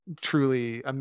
truly